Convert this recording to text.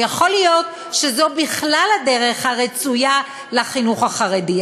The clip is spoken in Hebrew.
ויכול להיות שזו בכלל הדרך הרצויה לחינוך החרדי.